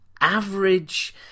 average